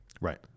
Right